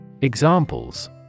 Examples